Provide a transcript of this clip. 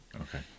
Okay